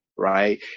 right